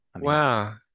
Wow